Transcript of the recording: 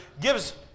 gives